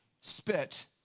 spit